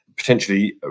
potentially